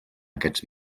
aquests